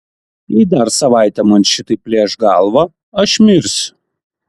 jei dar savaitę man šitaip plėš galvą aš mirsiu